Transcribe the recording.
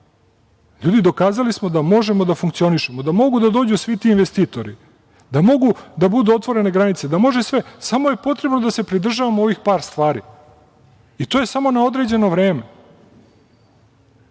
ljudi? Dokazali smo da možemo da funkcionišemo, da mogu da dođu svi ti investitori, da mogu da budu otvorene granice, da može sve samo je potrebno da se pridržavamo ovih par stvari. To je samo na određeno vreme. Kao